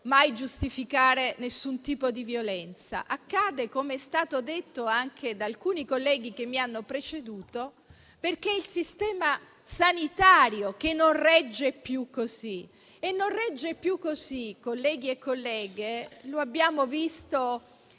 mai giustificare nessun tipo di violenza. Accade, come è stato detto anche da alcuni colleghi che mi hanno preceduto, perché è il sistema sanitario che non regge più. Colleghi e colleghe, lo abbiamo visto